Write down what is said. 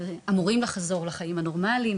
ואמורים לחזור לחיים הנורמליים.